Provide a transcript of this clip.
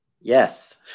Yes